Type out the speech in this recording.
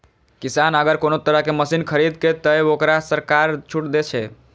किसान अगर कोनो तरह के मशीन खरीद ते तय वोकरा सरकार छूट दे छे?